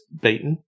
beaten